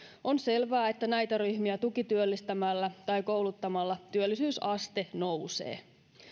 on selvää että näitä ryhmiä tukityöllistämällä tai kouluttamalla työllisyysaste nousee